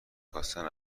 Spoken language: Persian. خواستن